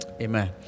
Amen